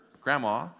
grandma